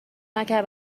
نکرد